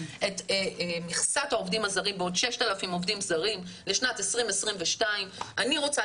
את מכסת העובדים הזרים בעוד 6000 עובדים זרים לשנת 2022. אני רוצה